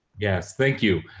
yes, thank you.